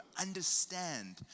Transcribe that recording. understand